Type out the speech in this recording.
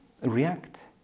react